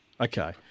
Okay